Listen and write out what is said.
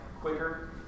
quicker